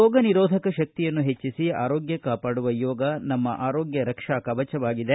ರೋಗ ನಿರೋಧಕ ಶಕ್ತಿಯನ್ನು ಹೆಚ್ಚಿಸಿ ಆರೋಗ್ಯ ಕಾಪಾಡುವ ಯೋಗ ನಮ್ಮ ಆರೋಗ್ಯ ರಕ್ಷಾ ಕವಚವಾಗಿದೆ